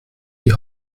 die